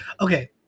Okay